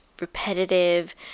repetitive